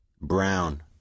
brown